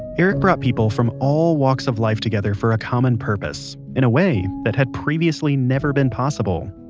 eric brought people from all walks of life together for a common purpose, in a way that had previously never been possible.